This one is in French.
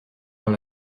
dans